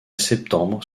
septembre